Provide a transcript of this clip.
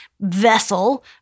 vessel—